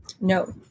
No